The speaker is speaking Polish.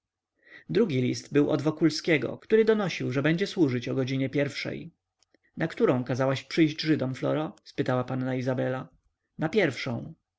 drugi list był od wokulskiego który donosił że będzie służyć o godzinie pierwszej na którą kazałaś przyjść żydom floro spytała panna izabela na pierwszą